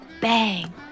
Bang